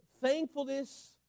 thankfulness